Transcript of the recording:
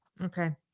Okay